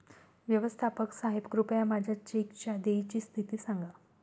व्यवस्थापक साहेब कृपया माझ्या चेकच्या देयची स्थिती सांगा